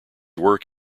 work